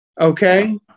Okay